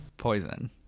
poison